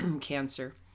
cancer